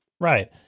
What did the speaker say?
right